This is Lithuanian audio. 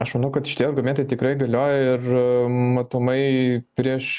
aš manau kad šitie argumentai tikrai galioja ir matomai prieš